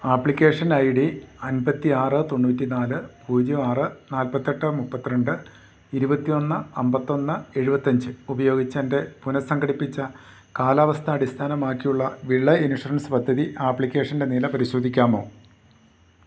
ആപ്ലിക്കേഷന് I D അൻപത്തിയാറ് തൊണ്ണൂറ്റി നാല് പൂജ്യം ആറ് നാൽപ്പത്തിയെട്ട് മുപ്പത്തിരണ്ട് ഇരുപത്തിയൊന്ന് അമ്പത്തിയൊന്ന് എഴുപത്തിയഞ്ച് ഉപയോഗിച്ചെന്റെ പുനസംഘടിപ്പിച്ച കാലാവസ്ഥ അടിസ്ഥാനമാക്കിയുള്ള വിള ഇൻഷുറൻസ് പദ്ധതി ആപ്ലിക്കേഷന്റെ നില പരിശോധിക്കാമോ